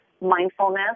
Mindfulness